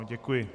Děkuji.